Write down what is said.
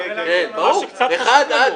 תודה.